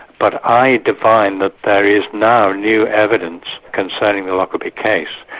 but i divine that there is now new evidence concerning the lockerbie case,